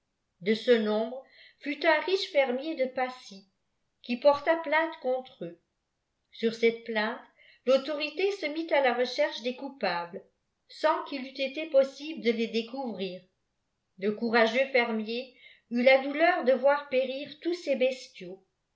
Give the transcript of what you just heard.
de ce nombre fut un riche fermier de pacy qui porta plainte centre eux sur cette plainte tautorité se mit à la recherche des coupables sans qu'îleût été possible de les découvrir le courageux fermier eut la douleur de voir périr tous ses bestiaux